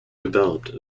developed